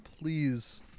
please